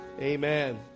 Amen